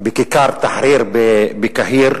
בכיכר תחריר בקהיר.